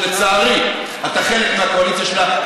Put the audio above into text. שלצערי אתה חלק מהקואליציה שלה,